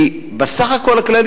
כי בסך הכול הכללי,